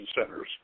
centers